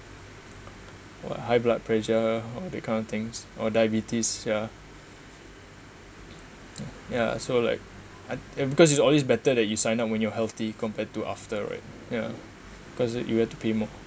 what high blood pressure or that kind of things or diabetes ya ya so like I it because it's always better that you sign up when you're healthy compared to after right ya because you have to pay more